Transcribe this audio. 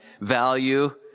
value